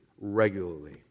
Regularly